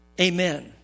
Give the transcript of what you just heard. amen